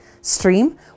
stream